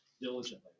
diligently